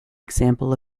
example